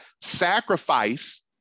sacrifice